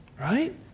right